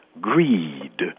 greed